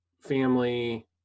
family